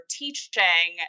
teaching